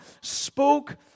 spoke